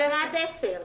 בשעה 10:00,